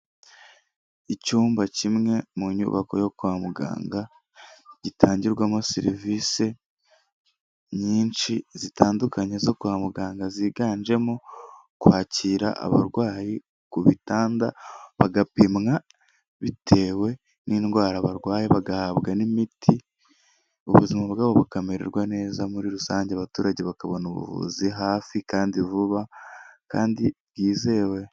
Icyumba kimwe mu nyubako yo kwa muganga gitangirwamo serivisi nyinshi zitandukanye zo kwa muganga ziganjemo kwakira abarwayi ku bitanda, bagapimwa bitewe n'indwara barwaye, bagahabwa n'imiti, ubuzima bwabo bukamererwa neza muri rusange, abaturage bakabona ubuvuzi hafi kandi vuba, kandi bwizewe.